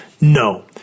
No